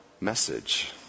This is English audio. message